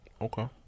Okay